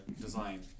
design